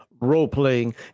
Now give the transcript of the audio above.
role-playing